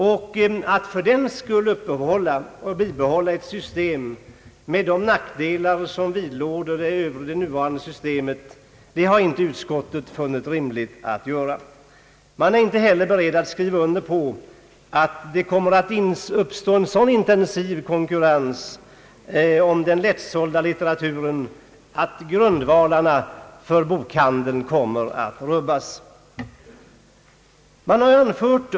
Utskottet har inte funnit det rimligt att vi fördenskull skall bibehålla nuvarande system med de nackdelar som vidlåder detta. Utskottet är inte heller berett att skriva under på att det kommer att uppstå en så intensiv konkurrens om den lättsålda litteraturen att grundvalarna för bokhandeln kommer att rubbas.